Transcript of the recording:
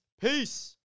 Peace